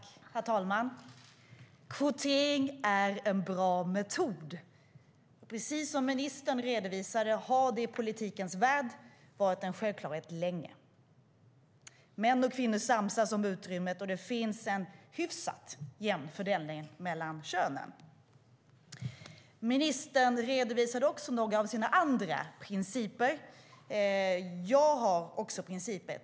Herr talman! Kvotering är en bra metod. Precis som ministern redovisade har det i politikens värld länge varit en självklarhet. Män och kvinnor samsas om utrymmet, och det finns en hyfsat jämn fördelning mellan könen. Ministern redovisade också några av sina andra principer. Också jag har principer.